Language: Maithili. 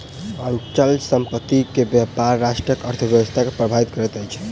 अचल संपत्ति के व्यापार राष्ट्रक अर्थव्यवस्था के प्रभावित करैत अछि